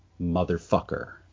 motherfucker